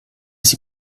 sie